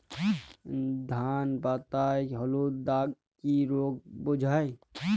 ধান পাতায় হলুদ দাগ কি রোগ বোঝায়?